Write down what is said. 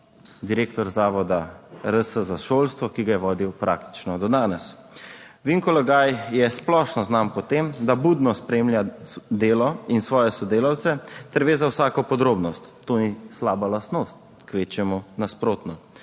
direktor Zavoda RS za šolstvo, ki ga je vodil praktično do danes. Vinko Logaj je splošno znan po tem, da budno spremlja delo in svoje sodelavce ter ve za vsako podrobnost. To ni slaba lastnost, kvečjemu nasprotno.